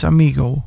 Amigo